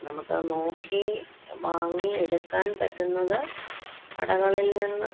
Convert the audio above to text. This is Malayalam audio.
നമ്മള്ക്ക് നോക്കി വാങ്ങി എടുക്കാൻ പറ്റുന്നത് കടകളിൽ നിന്ന്